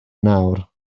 nawr